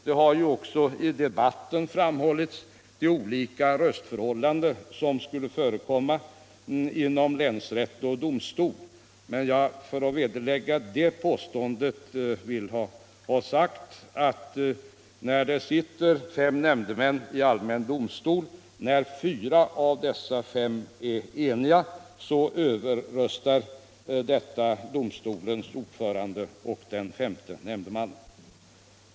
Det har ju också i debatten framhållits de olika röstförhållanden som skulle förekomma inom länsrätt och domstol. För att vederlägga det påståendet vill jag ha sagt att när det sitter fem nämndemän i allmän domstol och fyra av dessa fem är eniga så ”överröstar” dessa domstolens ordförande och den femte nämndemannen.